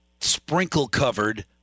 sprinkle-covered